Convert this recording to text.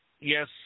yes